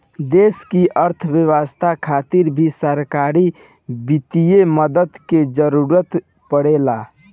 देश की अर्थव्यवस्था खातिर भी सरकारी वित्तीय मदद के जरूरत परेला